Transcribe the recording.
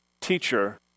teacher